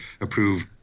approve